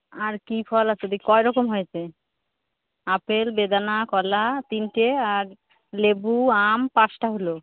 আর কি ফল আছে দেখি কয় রকম হয়েছে আপেল বেদানা কলা তিনটে আর লেবু আম পাঁচটা হল